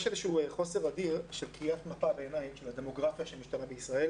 יש לדעתי חוסר אדיר של קריאת מפה של הדמוגרפיה על ידי ממשלת ישראל.